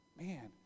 Man